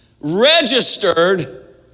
Registered